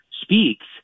speaks